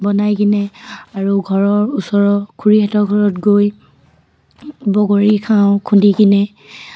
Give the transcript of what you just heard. বনাই কিনে আৰু ঘৰৰ ওচৰৰ খুৰীহঁতৰ ঘৰত গৈ বগৰী খাওঁ খুন্দি কিনে